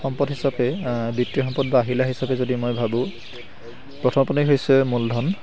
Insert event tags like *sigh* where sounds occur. সম্পদ হিচাপে *unintelligible* সম্পদ বা আহিলা হিচাপে যদি মই ভাবোঁ প্ৰথম *unintelligible* হৈছে মূলধন